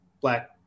black